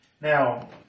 now